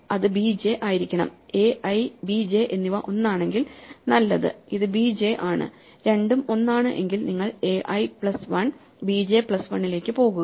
അത് bj ആയിരിക്കണം ai bj എന്നിവ ഒന്നാണെങ്കിൽ നല്ലത് ഇത് bj ആണ് രണ്ടും ഒന്നാണ് എങ്കിൽ നിങ്ങൾ ai പ്ലസ് 1 bj പ്ലസ് 1 ലേക്ക് പോകുക